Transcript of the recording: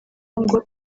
ngo